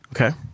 Okay